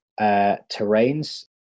terrains